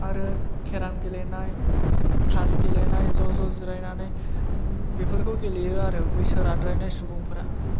आरो खेराम गेलेनाय तास गेलेनाय ज' ज' जिरायनानै बेफोरखौ गेलेयो आरो बैसो राद्रायनाय सुबुंफोरा